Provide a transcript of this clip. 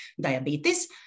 diabetes